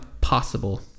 possible